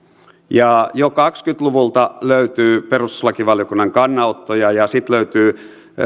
jo kaksikymmentä luvulta löytyy perustuslakivaliokunnan kannanottoja ja sitten löytyy